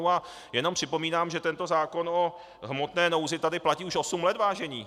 A jenom připomínám, že tento zákon o hmotné nouzi tady platí už osm let, vážení.